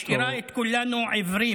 זה משאיר את כולנו עיוורים.